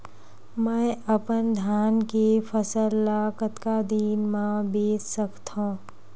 मैं अपन धान के फसल ल कतका दिन म बेच सकथो?